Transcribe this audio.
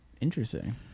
interesting